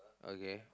okay